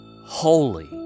holy